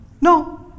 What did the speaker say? no